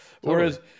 whereas